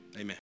Amen